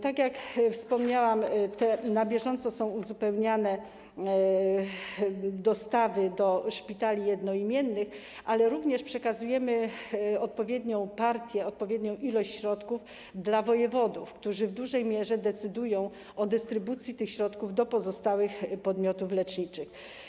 Tak jak wspomniałam, na bieżąco są uzupełniane dostawy do szpitali jednoimiennych, ale również przekazujemy odpowiednią partię, odpowiednią ilość środków dla wojewodów, którzy w dużej mierze decydują o dystrybucji tych środków do pozostałych podmiotów leczniczych.